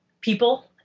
people